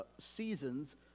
seasons